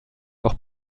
auch